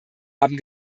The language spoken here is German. haben